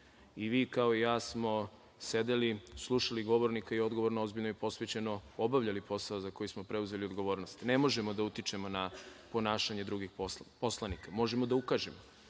i vi kao i ja smo sedeli, slušali govornika i odgovorno, ozbiljno i posvećeno obavljali posao za koji smo preuzeli odgovornost. Ne možemo da utičemo na ponašanje drugih poslanika. Možemo da ukažemo,